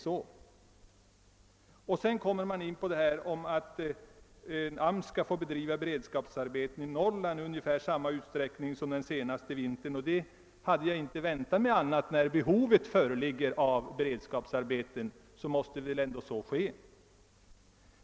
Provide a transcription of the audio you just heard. Så kommer man in på att AMS skall få bedriva beredskapsarbeten i Norrland i ungefär samma utsträckning som under senaste vintern. Eftersom behovet av beredskapsarbeten föreligger, hade jag inte väntat mig något annat.